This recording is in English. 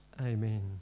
Amen